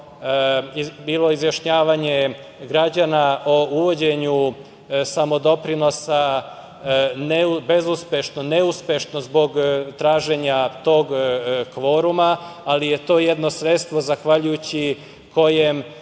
bilo izjašnjavanje građana o uvođenju samodoprinosa, bezuspešno, neuspešno zbog traženja tog kvoruma. Ali, to je jedno sredstvo zahvaljujući kojem